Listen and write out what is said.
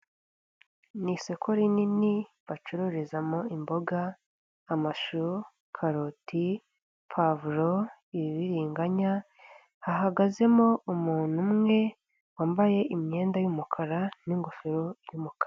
Ni isoko rinini, bacururizamo imboga, amashu, karoti, puwavuro, ibibiriganya, hahagazemo umuntu umwe wambaye imyenda y'umukara n'ingofero y'umukara.